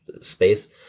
space